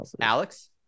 Alex